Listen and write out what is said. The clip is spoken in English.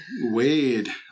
Wade